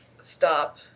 stop